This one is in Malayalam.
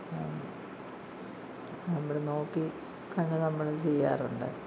നമ്മൾ നോക്കി കണ്ട് നമ്മൾ ചെയ്യാറുണ്ട്